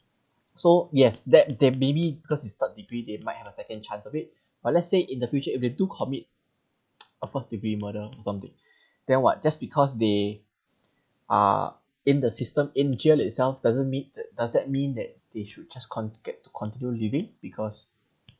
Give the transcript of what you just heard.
so yes that they maybe because it's third degree they might have a second chance of it but let's say in the future if they do commit a first degree murder or something then what just because they are in the system in jail itself doesn't mean that does that mean that they should just con~ get to continue living because